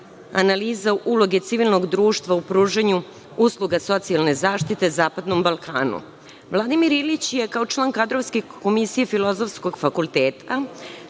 analiza uloge civilnog društva u pružanju usluga socijalne zaštite zapadnom Balkanu“.Vladimir Ilić je kao član Kadrovske komisije Filozofskog fakulteta